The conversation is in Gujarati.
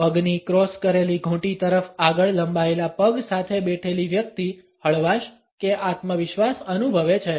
પગની ક્રોસ કરેલી ઘૂંટી તરફ આગળ લંબાયેલા પગ સાથે બેઠેલી વ્યક્તિ હળવાશ કે આત્મવિશ્વાસ અનુભવે છે